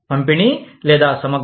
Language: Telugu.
పంపిణీ లేదా సమగ్ర